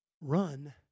run